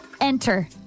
Enter